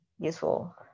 useful